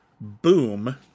Boom